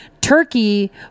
Turkey